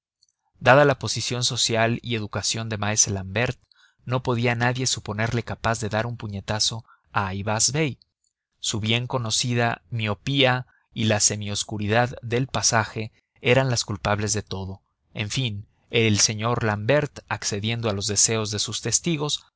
dada la posición social y educación de maese l'ambert no podía nadie suponerle capaz de dar un puñetazo a ayvaz bey su bien conocida miopía y la semioscuridad del pasaje eran las culpables de todo en fin el señor l'ambert accediendo a los deseos de sus testigos